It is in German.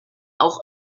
auch